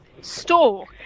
store